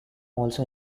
also